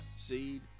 seed